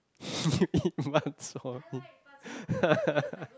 you eat bak-chor-mee yeah